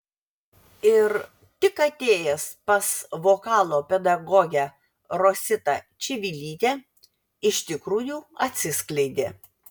ir tik atėjęs pas vokalo pedagogę rositą čivilytę iš tikrųjų atsiskleidė